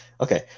Okay